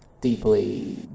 deeply